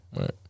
Right